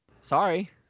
Sorry